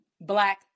Black